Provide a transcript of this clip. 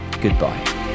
goodbye